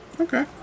Okay